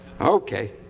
Okay